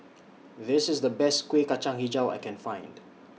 This IS The Best Kuih Kacang Hijau that I Can Find